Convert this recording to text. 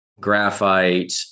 graphite